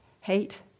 hate